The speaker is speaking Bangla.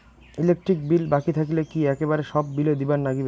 ইলেকট্রিক বিল বাকি থাকিলে কি একেবারে সব বিলে দিবার নাগিবে?